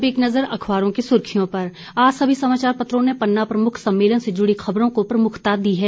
अब एक नजर अखबारों की सुर्खियों पर आज समाचारपत्रों ने पन्ना प्रमुख सम्मेलन से जुड़ी खबरों को प्रमुखता दी है